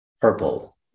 purple